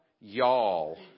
Y'all